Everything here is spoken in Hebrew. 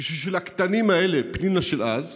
בשביל שלקטנים האלה, פנינה של אז,